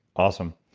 awesome.